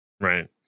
Right